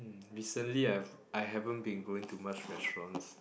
recently I've I haven't been going to much restaurants